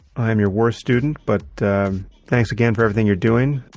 i am your worst student, but thanks again for everything you're doing.